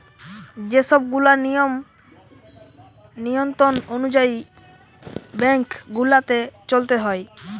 যে সব গুলা নিয়ম নিয়ন্ত্রণ অনুযায়ী বেঙ্ক গুলাকে চলতে হয়